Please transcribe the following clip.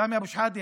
סמי אבו שחאדה,